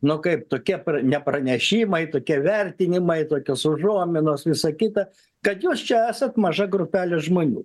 nu kaip tokie ne pranešimai tokie vertinimai tokios užuominos visa kita kad jūs čia esat maža grupelė žmonių